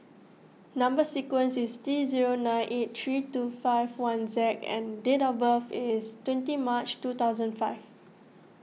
Number Sequence is T zero nine eight three two five one Z and date of birth is twenty March two thousand and five